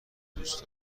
دوست